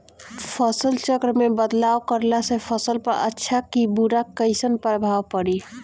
फसल चक्र मे बदलाव करला से फसल पर अच्छा की बुरा कैसन प्रभाव पड़ी?